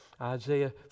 Isaiah